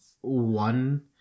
one